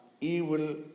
evil